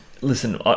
listen